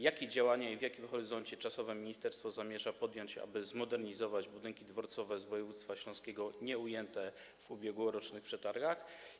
Jakie działania i w jakim horyzoncie czasowym ministerstwo zamierza podjąć, aby zmodernizować budynki dworcowe z województwa śląskiego nieujęte w ubiegłorocznych przetargach?